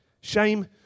Shame